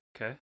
Okay